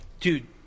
Dude